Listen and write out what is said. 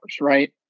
right